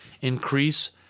increase